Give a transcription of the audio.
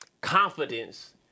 confidence